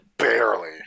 barely